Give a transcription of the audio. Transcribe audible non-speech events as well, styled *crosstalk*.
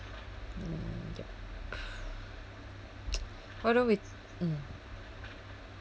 mm yup *breath* *noise* why don't we mm